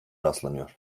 rastlanıyor